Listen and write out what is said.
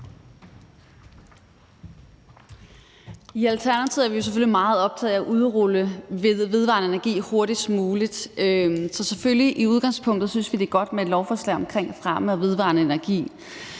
I Alternativet er vi jo selvfølgelig meget optaget af at udrulle vedvarende energi hurtigst muligt, så selvfølgelig synes vi i udgangspunktet, det er godt med et lovforslag omkring fremme af vedvarende energi.